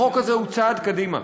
החוק הזה הוא צעד קדימה.